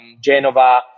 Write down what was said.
Genova